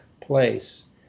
place